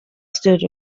stood